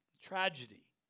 tragedy